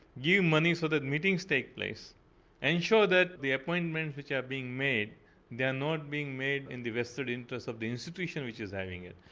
money so that meetings take place and ensure that the appointments which are being made they are not being made in the vested interest of the institution which is having it.